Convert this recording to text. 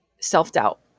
self-doubt